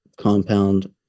compound